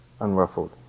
unruffled